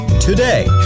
today